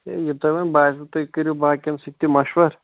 ہے یہِ تۄہہِ وۄنۍ باسیو تُہۍ کٔرِو باقٕیَن سۭتۍ تہِ مَشوَر